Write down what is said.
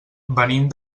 venim